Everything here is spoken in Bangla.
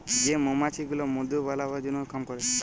যে মমাছি গুলা মধু বালাবার জনহ কাম ক্যরে